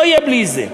לא יהיה בלי זה.